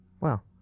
Well-